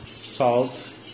Salt